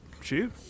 shoot